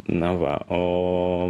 na va o